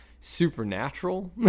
supernatural